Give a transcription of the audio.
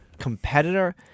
Competitor